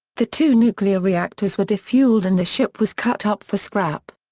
the two nuclear reactors were defueled and the ship was cut up for scrap.